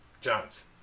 Jones